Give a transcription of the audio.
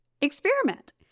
Experiment